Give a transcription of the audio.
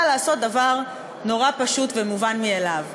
שבעצם באה לעשות דבר נורא פשוט ומובן מאליו: